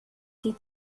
die